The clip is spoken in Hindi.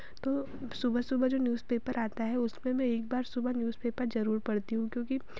तो सुबह सुबह जो न्यूजपेपर आता है उसमें मैं एकबार सुबह न्यूजपेपर जरूर पढ़ती हूँ क्योंकि